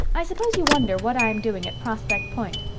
i suppose you wonder what i'm doing at prospect point.